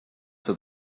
for